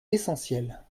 essentielle